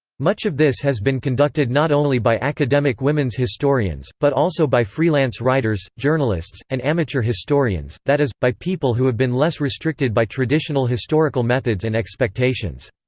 much of this has been conducted not only by academic women's historians, but also by freelance writers, journalists, and amateur historians that is, by people who have been less restricted by traditional historical methods and expectations.